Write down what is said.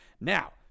now